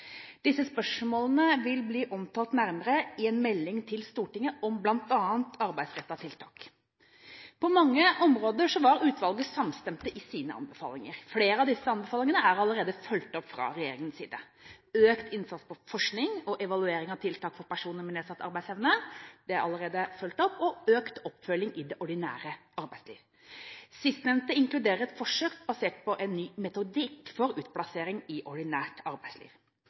Disse spørsmålene vil bli omtalt nærmere i en melding til Stortinget om bl.a. arbeidsrettede tiltak. På mange områder var utvalget samstemt i sine anbefalinger. Flere av disse anbefalingene er allerede fulgt opp fra regjeringens side: Økt innsats på forskning og evaluering av tiltak for personer med nedsatt arbeidsevne er allerede fulgt opp, og også økt oppfølging i det ordinære arbeidsliv. Sistnevnte inkluderer et forsøk basert på en ny metodikk for utplassering i ordinært arbeidsliv.